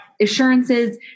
assurances